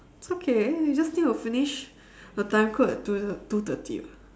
it's okay you just need to finish the time quote at two two thirty [what]